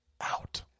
out